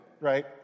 right